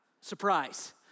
surprise